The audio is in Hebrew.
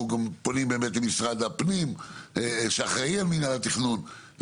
אנחנו פונים גם למשרד הפנים שאחראי על מנהל התכנון,